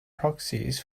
proxies